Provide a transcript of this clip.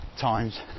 times